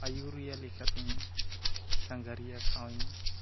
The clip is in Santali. ᱟᱭᱩᱨᱤᱭᱟ ᱞᱮᱠᱟᱛᱮᱧ ᱥᱟᱸᱜᱷᱟᱨᱤᱭᱟᱹ ᱥᱟᱶ ᱤᱧ